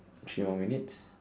few more minutes